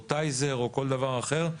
או טייזר או כל דבר אחר,